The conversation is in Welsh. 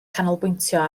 canolbwyntio